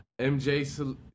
MJ